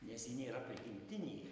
nes ji nėra prigimtinė